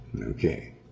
Okay